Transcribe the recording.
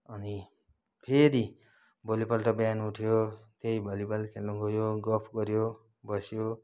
अनि फेरि भोलिपल्ट बिहान उठ्यो त्यही भलिबल खेल्नु गयो गफ गऱ्यो बस्यो